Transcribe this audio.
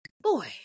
boy